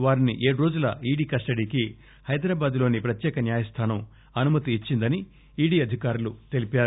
వారిని ఏడురోజుల ఈడీ కస్టడీకి హైదరాబాద్ లోని ప్రత్యేక న్యాయస్థానం అనుమతి ఇచ్చిందని ఈడీ అధికారులు తెలిపారు